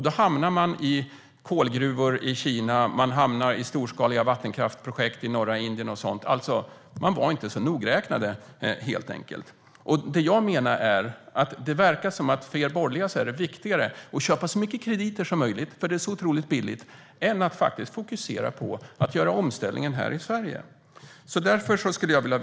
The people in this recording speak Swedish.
Då hamnar man i kolgruvor i Kina. Man hamnar i storskaliga vattenkraftsprojekt i norra Indien och sådant. Man var inte så nogräknad, helt enkelt. Det verkar som att det för er borgerliga är viktigare att köpa så många krediter som möjligt, för det är otroligt billigt, än att faktiskt fokusera på att göra omställningen här i Sverige.